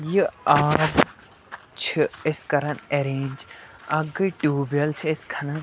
یہِ آب چھِ أسۍ کَران اٮ۪رینٛج اَکھ گٔے ٹیوٗب وٮ۪ل چھِ أسۍ کھَنان